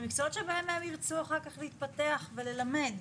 למקצועות שבהם הם ירצו אחר כך להתפתח וללמד.